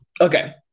Okay